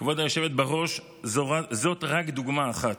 כבוד היושבת בראש, זו רק דוגמה אחת.